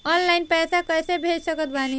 Online पैसा कैसे भेज सकत बानी?